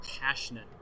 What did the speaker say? passionate